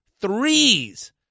threes